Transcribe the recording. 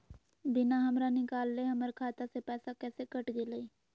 बिना हमरा निकालले, हमर खाता से पैसा कैसे कट गेलई?